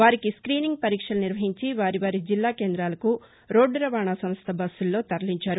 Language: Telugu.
వారికి స్క్ుినింగ్ పరీక్షలు నిర్వహించి వారి వారి జిల్లా కేంద్రాలకు రోడ్లు రవాణా సంస్ట బస్సుల్లో తరలించారు